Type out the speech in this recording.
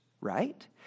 right